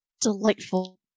Delightful